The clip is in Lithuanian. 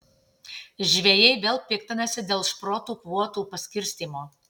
žvejai vėl piktinasi dėl šprotų kvotų paskirstymo